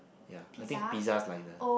ya I think pizza's like a